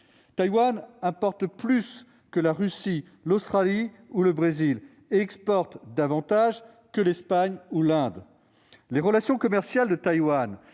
Taïwan importe plus que la Russie, l'Australie ou le Brésil et exporte davantage que l'Espagne ou l'Inde. Les relations commerciales de Taïwan